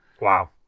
Wow